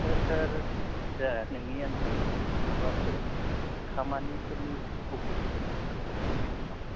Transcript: सार सार जा नोंनि आन्दाराव माबाफोर खामानिफोरनि अपरसुनिटिफोर दंबाय बायो नामा सार